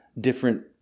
different